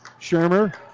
Shermer